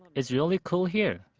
it's really cool here.